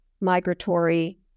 migratory